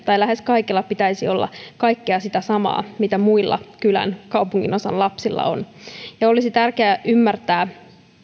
tai lähes kaikilla pitäisi olla kaikkea sitä samaa mitä muilla kylän kaupunginosan lapsilla on olisi tärkeää ymmärtää